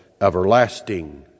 everlasting